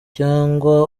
cyangwa